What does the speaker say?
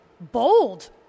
bold